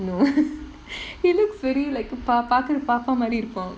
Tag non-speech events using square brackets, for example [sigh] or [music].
no [laughs] he looks very like பாக்குறதுக்கு பாப்பா மாரி இருப்பான்:paakurathukku paappaa maari iruppaan